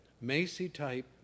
Macy-type